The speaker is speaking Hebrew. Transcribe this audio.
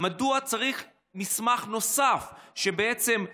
מדוע צריך מסמך נוסף שמחדד,